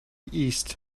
east